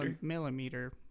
Millimeter